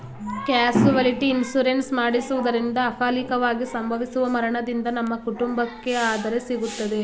casualty insurance ಮಾಡಿಸುವುದರಿಂದ ಅಕಾಲಿಕವಾಗಿ ಸಂಭವಿಸುವ ಮರಣದಿಂದ ನಮ್ಮ ಕುಟುಂಬಕ್ಕೆ ಆದರೆ ಸಿಗುತ್ತದೆ